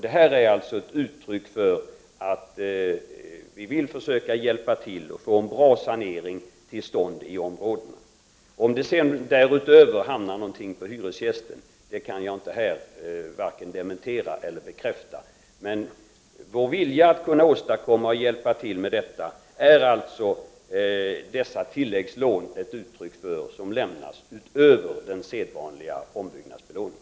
Detta är alltså ett uttryck för vår vilja att hjälpa till, så att det blir en bra sanering i områdena. Om det därtill kommer en del på hyresgästen, kan jag här varken dementera eller bekräfta. Vår vilja att hjälpa till tar sig uttryck i dessa tilläggslån, som lämnas vid sidan av de sedvanliga ombyggnadslånen.